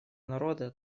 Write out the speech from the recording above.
народа